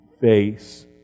face